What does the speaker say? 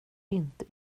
inte